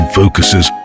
focuses